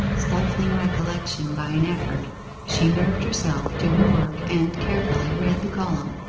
stifling recollection by an effort she nerved herself to her work, and carefully read the column.